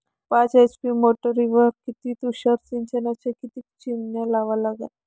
पाच एच.पी च्या मोटारीवर किती तुषार सिंचनाच्या किती चिमन्या लावा लागन?